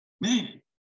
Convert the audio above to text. man